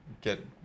get